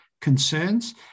concerns